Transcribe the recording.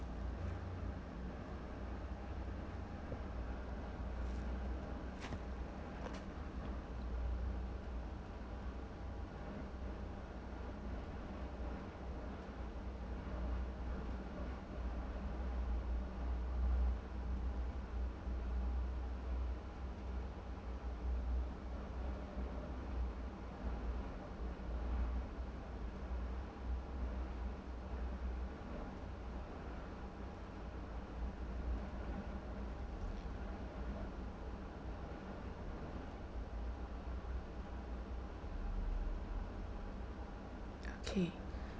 okay